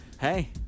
Hey